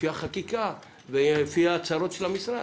לפי החקיקה, ולפי ההצהרות של המשרד.